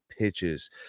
Pitches